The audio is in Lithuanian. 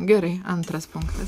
gerai antras punktas